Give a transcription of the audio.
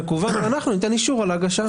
-- ואנחנו ניתן אישור על ההגשה.